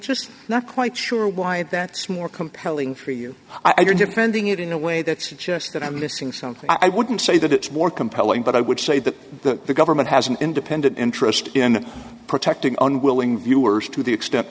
just not quite sure why that's more compelling for you i've been defending it in a way that suggests that i'm missing something i wouldn't say that it's more compelling but i would say that the government has an independent interest in protecting unwilling viewers to the extent